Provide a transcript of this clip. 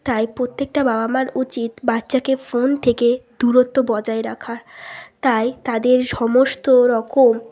তাই প্রত্যেকটা বাবা মা র উচিত বাচ্চাকে ফোন থেকে দূরত্ব বজায় রাখার তাই তাদের সমস্ত রকম